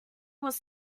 was